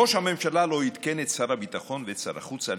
ראש הממשלה לא עדכן את שר הביטחון ואת שר החוץ על